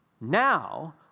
now